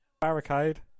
barricade